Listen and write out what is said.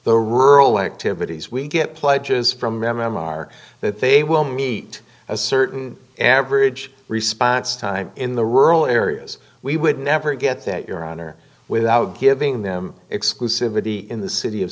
the rural activities we get pledges from memoir that they will meet a certain average response time in the rural areas we would never get that your honor without giving them exclusivity in the city of